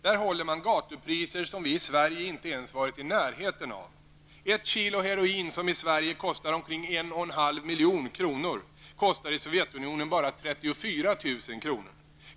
Där håller man gatupriser som vi i Sverige inte ens varit i närheten av. Ett kilo heroin, som i Sverige kostar omkring 1,5 milj.kr., kostar i Sovjetunionen bara 34 000 kr.